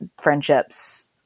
friendships